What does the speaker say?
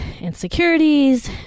insecurities